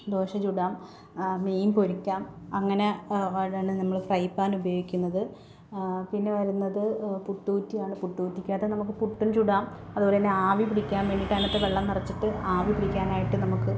ദോശ ചുടാം മീൻ പൊരിക്കാം അങ്ങനെ അവിടെയാണ് നമ്മൾ ഫ്രൈ പാൻ ഉപയോഗിക്കുന്നത് പിന്നെ വരുന്നത് പുട്ട് കുറ്റിയാണ് പുട്ട് കുറ്റിക്കകത്ത് നമുക്ക് പുട്ടും ചുടാം അതുപോലെ തന്നെ ആവി പിടിക്കാം വേണ്ടിട്ടാനത്തെ വെള്ളം നിറച്ചിട്ട് ആവി പിടിക്കാനായിട്ട് നമുക്ക്